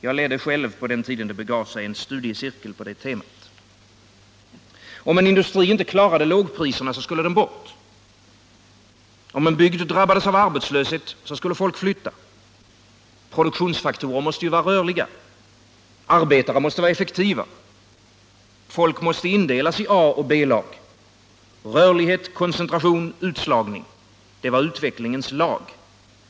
Jag ledde själv en gång en studiecirkel på det temat. Om en industri inte klarade lågpriserna skulle den bort. Om en bygd drabbades av arbetslöshet skulle folk flytta. Produktions faktorer måste vara rörliga. Arbetare måste vara effektiva. Folk måste indelas Nr 36 i A och B-lag. Rörlighet, koncentration, utslagning — det var utvecklingens Måndagen den lag.